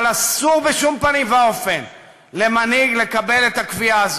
אבל אסור בשום פנים ואופן למנהיג לקבל את הקביעה הזאת.